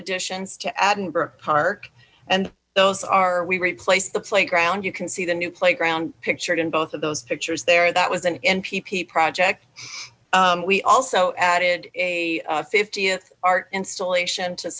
additions to adding brook park and those are we replaced the playground you can see the new playground pictured in both of those pictures there that was an npp project we also added a fiftieth art installation to